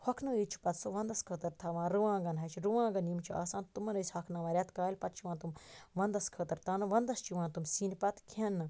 ہۄکھناوِتھ چھِ پَتہٕ سۄ وَندَس خٲطرٕ تھاوان رُوانٛگَن ہَچہِ رُوانٛگَن یِم چھِ آسان تِمن ٲسۍ ہۄکھناوان ریٚتہٕ کالہِ پَتہٕ چھِ یِوان تم وَندَس خٲطرٕ تھاونہٕ وَندَس چھِ یِوان تِم سیِنۍ پَتہٕ کھیٚنہٕ